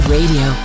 Radio